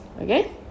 okay